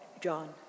John